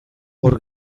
hor